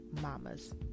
mamas